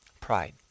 Pride